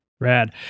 Rad